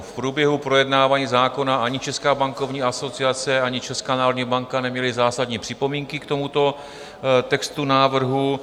V průběhu projednávání zákona ani Česká bankovní asociace, ani Česká národní banka neměly zásadní připomínky k tomuto textu návrhu.